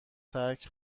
ترک